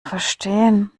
verstehen